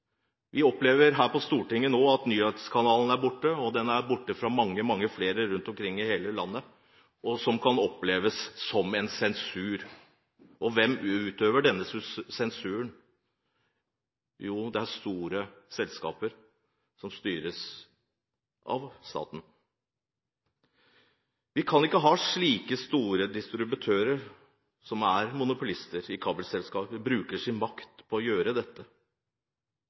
her på Stortinget opplever nå at Nyhetskanalen er borte, og det gjelder mange flere rundt omkring i hele landet, noe som kan oppleves som sensur. Hvem utøver denne sensuren? Jo, det er store selskaper som styres av staten. Vi kan ikke ha det slik at en stor distributør som er monopolist i kabel-tv-markedet, bruker sin makt på denne måten. Vi har en regjering som ønsker å